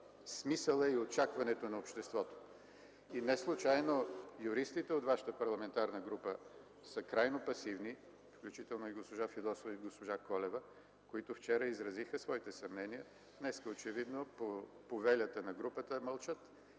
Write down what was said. смисъла и очакванията на обществото. И неслучайно юристите от Вашата парламентарна група са крайно пасивни, включително госпожа Фидосова и госпожа Колева, които вчера изразиха своите съмнения. Днес, очевидно по повелята на групата, мълчат.